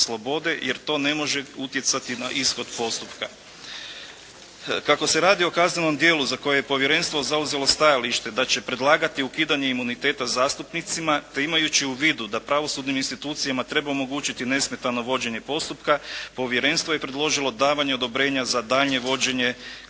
slobode jer to ne može utjecati na ishod postupka. Kako se radi o kaznenom djelu za koje je povjerenstvo zauzelo stajalište da će predlagati ukidanje imuniteta zastupnicima te imajući u vidu da pravosudnim institucijama treba omogućiti nesmetano vođenje postupka povjerenstvo je predložilo davanje odobrenje za daljnje vođenje